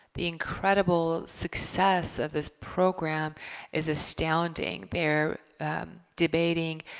the incredible success of this program is astounding they're debating